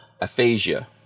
Aphasia